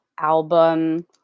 album